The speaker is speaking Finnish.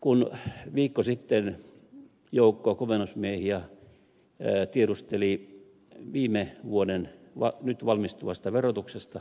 kun viikko sitten joukko komennusmiehiä tiedusteli viime vuoden nyt valmistuvasta verotuksesta